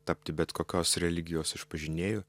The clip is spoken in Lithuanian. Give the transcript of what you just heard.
tapti bet kokios religijos išpažinėju